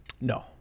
No